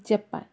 Japan